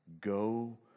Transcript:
Go